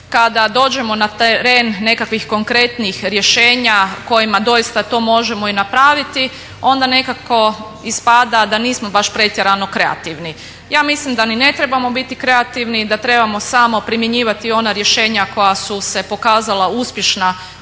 kada dođemo na teren nekakvih konkretnih rješenja kojima doista to možemo i napraviti, onda nekako ispada da nismo baš pretjerano kreativni. Ja mislim da ni ne trebamo biti kreativni, da trebamo samo primjenjivati ona rješenja koja su se pokazala uspješna